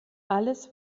alles